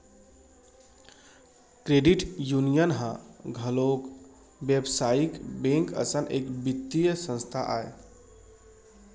credit union ह घलोक बेवसायिक बेंक असन एक बित्तीय संस्था आय